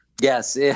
Yes